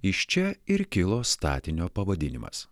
iš čia ir kilo statinio pavadinimas